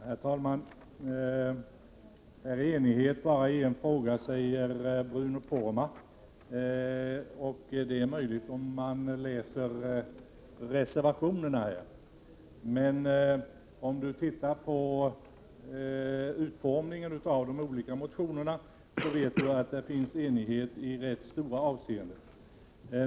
Herr talman! De borgerliga partierna är eniga bara i en fråga i detta sammanhang, säger Bruno Poromaa. Den uppfattningen kan man möjligen få om man bara läser reservationerna. Men om Bruno Poromaa tar del av de olika motionerna, skall han finna att det råder samstämmighet i åtskilliga frågor.